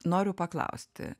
noriu paklausti